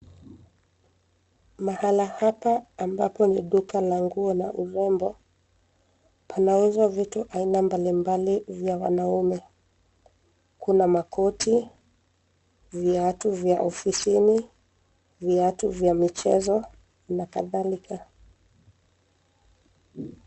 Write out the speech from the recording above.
Mahala hapa ambapo ni duka la nguo na urembo, panauzwa vitu aina mbalimbali vya wanaume. Kuna makoti, viatu vya ofisini, viatu vya michezo, na kadhalika.